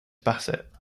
bassett